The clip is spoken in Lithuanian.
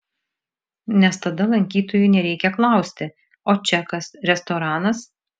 nes tada lankytojui nereikia klausti o čia kas restoranas